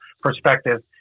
perspective